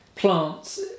Plants